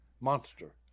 monster